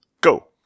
go